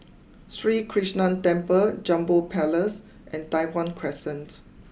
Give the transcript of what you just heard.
Sri Krishnan Temple Jambol Palace and Tai Hwan Crescent